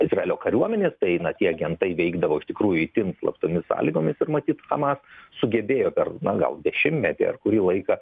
izraelio kariuomenės tai na tie agentai veikdavo iš tikrųjų itin slaptomis sąlygomis ir matyt hamas sugebėjo per na gal dešimtmetį ar kurį laiką